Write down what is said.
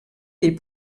les